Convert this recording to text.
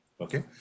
Okay